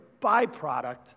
byproduct